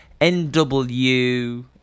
NW